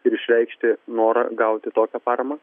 ir išreikšti norą gauti tokią paramą